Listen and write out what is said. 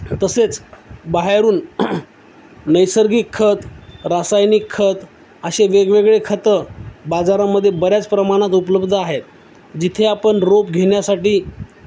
तसेच बाहेरून नैसर्गिक खत रासायनिक खत असे वेगवेगळे खतं बाजारामध्ये बऱ्याच प्रमाणात उपलब्ध आहेत जिथे आपण रोप घेण्यासाठी